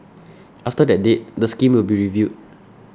after that date the scheme will be reviewed